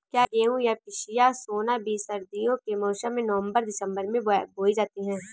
क्या गेहूँ या पिसिया सोना बीज सर्दियों के मौसम में नवम्बर दिसम्बर में बोई जाती है?